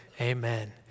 Amen